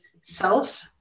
self